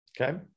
okay